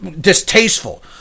distasteful